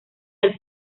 del